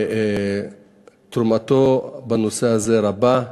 ותרומתו בנושא זה רבה.